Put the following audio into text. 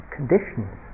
conditions